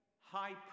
high